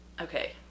Okay